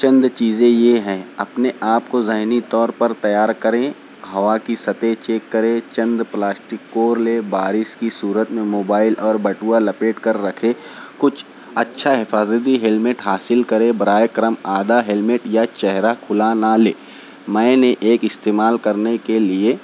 چند چیزیں یہ ہیں اپنے آپ کو ذہنی طور پر تیار کریں ہوا کی سطح چیک کریں چند پلاسٹک کور لیں بارش کی صورت میں موبائل اور بٹوا لپیٹ کر رکھیں کچھ اچھا حفاظتی ہیلمٹ حاصل کریں برائے کرم آدھا ہیلمٹ یا چہرہ کھلا نہ لیں میں نے ایک استعمال کرنے کے لئے